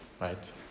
right